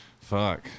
fuck